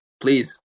please